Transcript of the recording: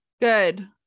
Good